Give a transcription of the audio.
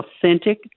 authentic